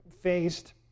faced